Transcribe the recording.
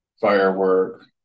firework